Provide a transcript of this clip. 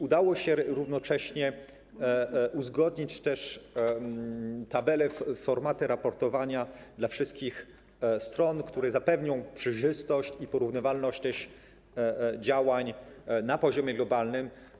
Udało się równocześnie uzgodnić tabelę, formaty raportowania dla wszystkich stron, które zapewnią przejrzystość i porównywalność działań na poziomie globalnym.